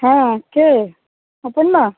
হ্যাঁ কে অপর্ণা